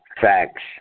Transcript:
Facts